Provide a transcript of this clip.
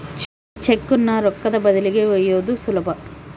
ಚೆಕ್ಕುನ್ನ ರೊಕ್ಕದ ಬದಲಿಗಿ ಒಯ್ಯೋದು ಸುಲಭ